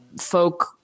folk